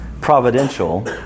providential